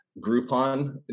Groupon